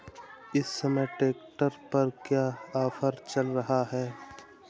इस समय ट्रैक्टर पर क्या ऑफर चल रहा है?